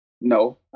No